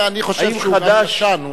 אני חושב שהוא גם ישן,